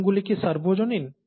নিয়মগুলি কি সর্বজনীন